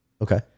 Okay